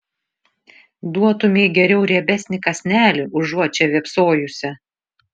duotumei geriau riebesnį kąsnelį užuot čia vėpsojusi